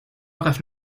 hagas